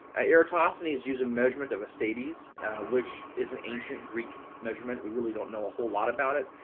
ah ah so and is using measurement of a staes, which is an ancient greek measurement, we really don't know a whole lot about it,